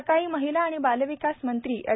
सकाळी महिला आणि बाल विकास मंत्री एड